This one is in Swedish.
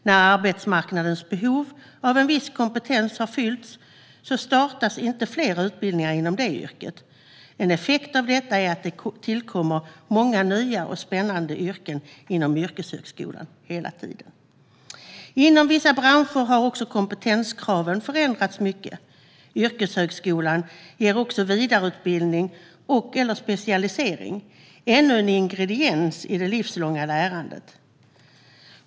När arbetsmarknadens behov av en viss kompetens har fyllts startas inte fler utbildningar inom det yrket. En effekt av detta är att det hela tiden tillkommer många nya och spännande yrken inom yrkeshögskolan. Inom vissa branscher har kompetenskraven förändrats mycket. Yrkeshögskolan ger vidareutbildning och/eller specialisering - ännu en ingrediens i det livslånga lärandet.